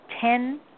ten